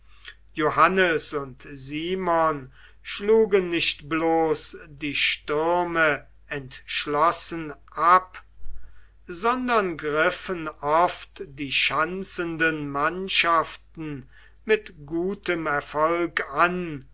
johannes und simon schlugen nicht bloß die stürme entschlossen ab sondern griffen oft die schanzenden mannschaften mit gutem erfolg an